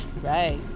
Right